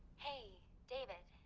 hey, david.